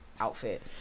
outfit